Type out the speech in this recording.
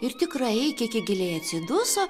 ir tikrai kiki giliai atsiduso